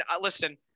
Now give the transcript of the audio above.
Listen